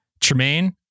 Tremaine